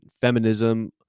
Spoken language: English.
feminism